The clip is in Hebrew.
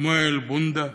שמואל בונדה,